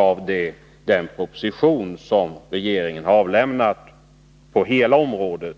av den samlade propositionen som regeringen har avlämnat för hela detta område.